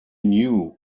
knew